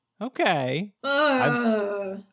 Okay